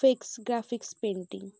flex graphics painting